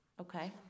okay